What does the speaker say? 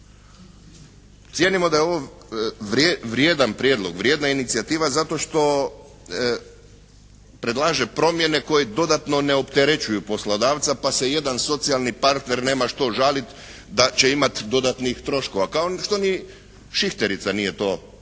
cijenimo da je ovo vrijedan prijedlog, vrijedna inicijativa zato što predlaže promjene koje dodatno ne opterećuju poslodavca pa se jedan socijalni partner nema što žaliti da će imati dodatnih troškova, kao što ni šihterica nije to činila,